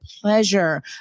pleasure